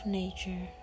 nature